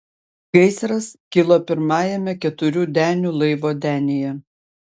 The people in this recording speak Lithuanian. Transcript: gaisras kilo pirmajame keturių denių laivo denyje